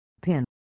pin